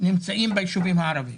נמצאים ביישובים הערבים.